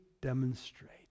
demonstrate